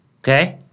okay